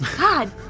god